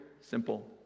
simple